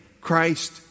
Christ